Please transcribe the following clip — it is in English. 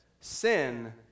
Sin